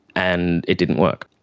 and it didn't work.